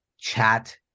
chat